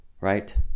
right